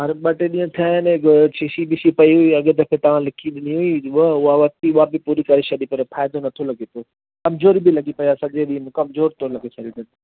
हाणे ॿ टे ॾींहं थिया आहिनि त शीशी विशी पई हुई अॻे दफ़े तव्हां लिखी ॾिनी हुई उहा उहा वरिती उहा बि पूरी करे छॾी पर फ़ाइदो नथो लॻे पियो कमज़ोरी बि लॻी पई आहे सॼे ॾींहं में कमज़ोर थो लॻे शरीरु